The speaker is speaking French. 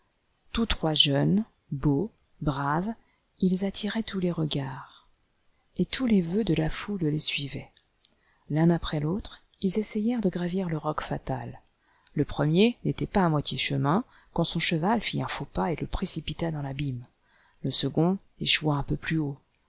tous trois jeunes beaux braves ils attiraient tous les regards et tous les vœux de la foule les suivaient l'un après l'autre ils essayèrent de gravir le roc fatal le premier n'était pas à moitié chemin quand son cheval fit un faux pas et le précipita dans l'abîme le second échoua un peu plus haut